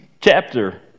chapter